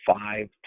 five